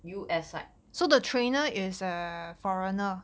U_S side